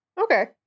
Okay